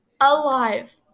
alive